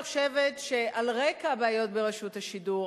אני חושבת שעל רקע הבעיות ברשות השידור,